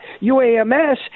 UAMS